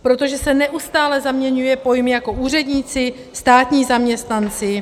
Protože se neustále zaměňuje pojem jako úředníci státní zaměstnanci.